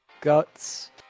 guts